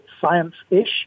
Science-ish